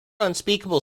unspeakable